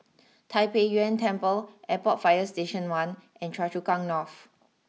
Tai Pei Yuen Temple Airport fire Station one and Choa Chu Kang North